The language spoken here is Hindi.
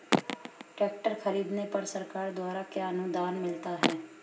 ट्रैक्टर खरीदने पर सरकार द्वारा क्या अनुदान मिलता है?